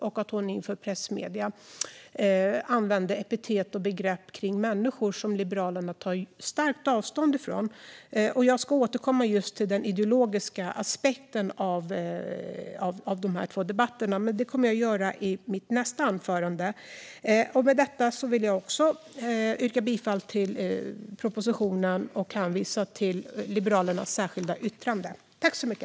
Då använde hon inför press och medier epitet och begrepp om människor som Liberalerna tar starkt avstånd från. Jag ska återkomma till just den ideologiska aspekten på detta, men det kommer jag att göra i mitt inlägg i nästa debatt. Med detta vill jag yrka bifall till propositionen och hänvisa till Liberalernas särskilda yttrande.